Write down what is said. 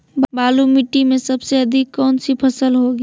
बालू मिट्टी में सबसे अधिक कौन सी फसल होगी?